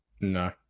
No